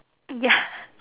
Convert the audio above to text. ya